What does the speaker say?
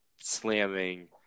slamming